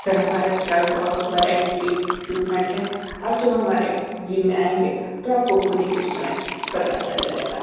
sir हमारे पास बहुत वैरायटी की इक्विपमेंट हैं आप जब हमारे जिम में आएंगे तो आपको खुद ही उस समय पता चल जाएगा